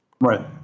Right